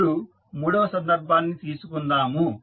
ఇప్పుడు మూడవ సందర్భాన్ని తీసుకుందాము